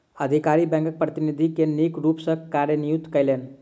अधिकारी बैंकक गतिविधि के नीक रूप सॅ कार्यान्वित कयलैन